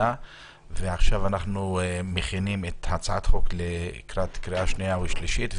ועכשיו אנחנו מכינים את הצעת החוק לקריאה שנייה ושלישית,